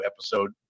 episode